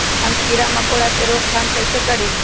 हम किरा मकोरा के रोक थाम कईसे करी?